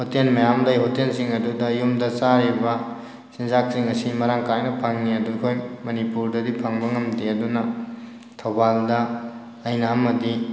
ꯍꯣꯇꯦꯟ ꯃꯌꯥꯝ ꯂꯩ ꯍꯣꯇꯦꯟꯁꯤꯡ ꯑꯗꯨꯗ ꯌꯨꯝꯗ ꯆꯥꯔꯤꯕ ꯆꯤꯟꯖꯥꯛꯁꯤꯡ ꯑꯁꯤ ꯃꯔꯥꯡ ꯀꯥꯏꯅ ꯐꯪꯉꯤ ꯑꯗꯨ ꯑꯩꯈꯣꯏ ꯃꯅꯤꯄꯨꯔꯗꯗꯤ ꯐꯪꯕ ꯉꯝꯗꯦ ꯑꯗꯨꯅ ꯊꯧꯕꯥꯜꯗ ꯑꯩꯅ ꯑꯃꯗꯤ